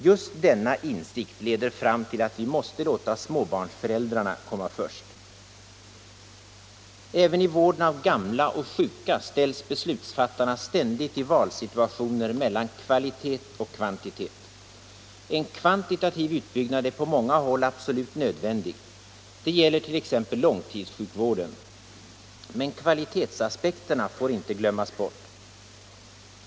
Just denna insikt leder fram till att vi måste låta småbarnsföräldrarna komma först. Även i vården av gamla och sjuka ställs beslutsfattarna ständigt i valsituationer mellan kvalitet och kvantitet. En kvantitativ utbyggnad är på många håll absolut nödvändig. Det gäller t.ex. långtidssjukvården. Men kvalitetsaspekterna får inte glömmas bort.